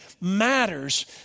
matters